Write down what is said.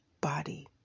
body